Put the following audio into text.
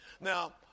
Now